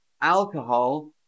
alcohol